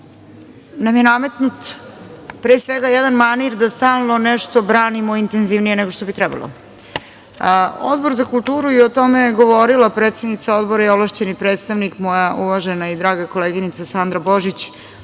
nam je nametnut, pre svega jedan manir da stalno nešto branimo intenzivnije nego što bi trebalo. Odbor za kulturu i o tome je govorila predsednica odbora i ovlašćeni predstavnik moja uvažena i draga koleginica Sandra Božić,